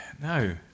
No